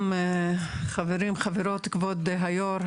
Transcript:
לכולם, חברים, חברות, כבוד היו"ר.